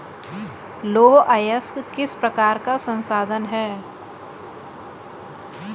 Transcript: लौह अयस्क किस प्रकार का संसाधन है?